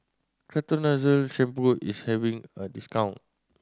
Ketoconazole Shampoo is having a discount